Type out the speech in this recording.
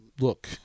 Look